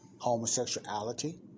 homosexuality